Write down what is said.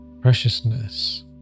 preciousness